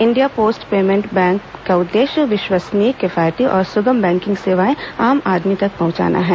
India post payment bank का उद्देश्य विश्वसनीय किफायती और सुगम बैंकिग सेवाएं आम आदमी तक पहुंचाना है